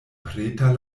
preter